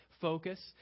focus